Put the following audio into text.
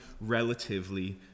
relatively